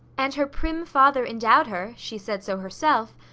and her prim father endowed her, she said so herself,